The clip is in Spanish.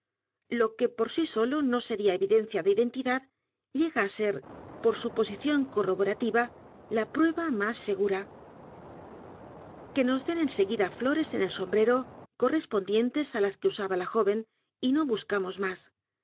lo que por sí solo no sería evidencia de identidad llega á ser por su posición corroborativa la prueba más segura que nos den en seguida flores en el sombrero correspondientes á las que usaba la joven y no buscamos m